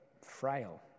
frail